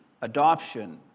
adoption